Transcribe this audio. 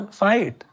fight